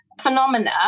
phenomena